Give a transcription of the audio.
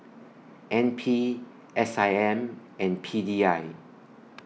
N P S I M and P D I